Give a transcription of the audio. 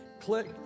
Click